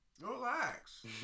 relax